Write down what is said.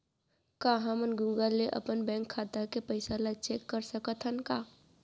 का हमन गूगल ले अपन बैंक खाता के पइसा ला चेक कर सकथन का?